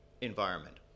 environment